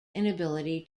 inability